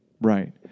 Right